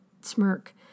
smirk